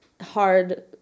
hard